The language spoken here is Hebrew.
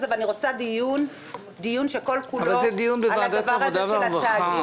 ואני רוצה דיון על הדבר הזה של התאגיד